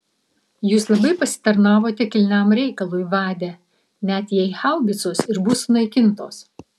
jūs labai pasitarnavote kilniam reikalui vade net jei haubicos ir bus sunaikintos